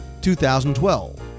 2012